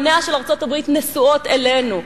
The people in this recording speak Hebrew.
עיניה של ארצות הברית נשואות אלינו.